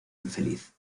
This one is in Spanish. infeliz